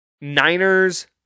niners